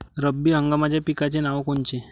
रब्बी हंगामाच्या पिकाचे नावं कोनचे?